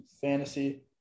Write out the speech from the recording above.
fantasy